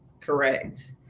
correct